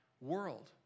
world